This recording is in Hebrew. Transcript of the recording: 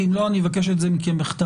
כי אם לא אני אבקש את זה מכם בכתב: